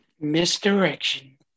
Misdirection